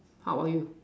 how are you